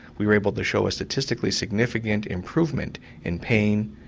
we were able to show a statistically significant improvement in pain,